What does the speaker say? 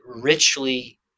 richly